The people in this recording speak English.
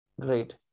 great